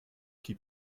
qui